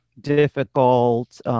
difficult